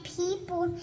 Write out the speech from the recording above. people